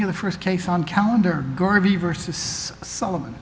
in the st case on calendar garvey versus solomon